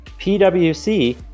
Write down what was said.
PwC